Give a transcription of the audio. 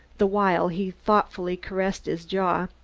the while he thoughtfully caressed his jaw.